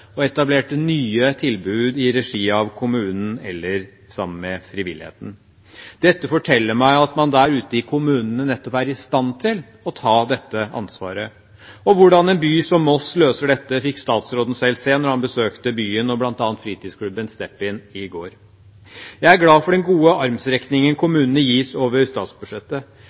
og etablerte nye tilbud i regi av kommunen eller sammen med frivilligheten. Dette forteller meg at man der ute i kommunene nettopp er i stand til å ta dette ansvaret. Hvordan en by som Moss løser dette, fikk statsråden selv se da han besøkte byen og bl.a. fritidsklubben Step-In i går. Jeg er glad for den gode håndsrekningen kommunene gis over statsbudsjettet.